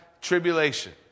tribulation